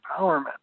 empowerment